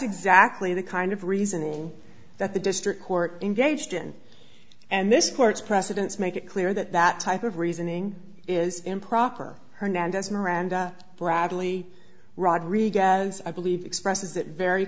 exactly the kind of reasoning that the district court engaged in and this court's precedents make it clear that that type of reasoning is improper hernandez miranda bradley rodriguez i believe expresses that very